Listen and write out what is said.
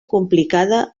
complicada